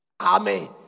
Amen